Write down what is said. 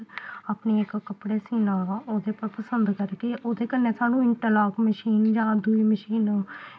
अपने इक कपड़े सीना ओह्दे पर पसंद करगे ओह्दे कन्नै सानूं इंट्रलाक मशीन जां दुई मशीन